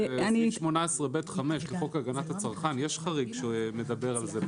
בסעיף 18ב(5) לחוק הגנת הצרכן יש חריג שמדבר על זה.